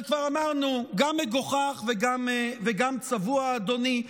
אבל כבר אמרנו, גם מגוחך וגם צבוע, אדוני.